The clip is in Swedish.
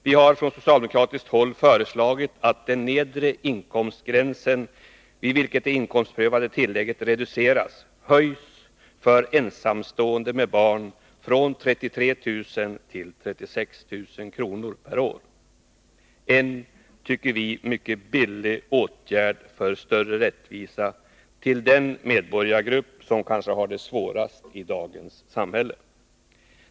Vi har från socialdemokratiskt håll föreslagit att den nedre inkomstgräns vid vilken det inkomstprövade tillägget reduceras skall höjas för ensamstående med barn från 33 000 till 36 000 kr. per år. Det tycker vi är en mycket billig åtgärd för större rättvisa åt den medborgargrupp som kanske har det svårast i dagens samhälle.